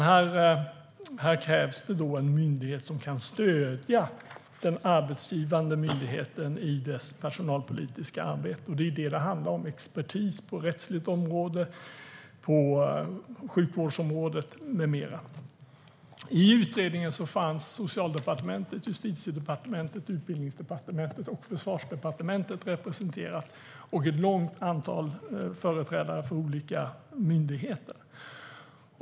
Här krävs det en myndighet som kan stödja den myndighet som är arbetsgivare i dess personalpolitiska arbete. Det är detta det handlar om: expertis på det rättsliga området, på sjukvårdsområdet med mera. I utredningen fanns Socialdepartementet, Justitiedepartementet, Utbildningsdepartementet och Försvarsdepartementet representerade, och där fanns företrädare för en lång rad olika myndigheter.